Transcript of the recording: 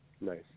Nice